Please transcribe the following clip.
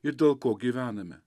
ir dėl ko gyvename